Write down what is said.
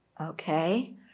Okay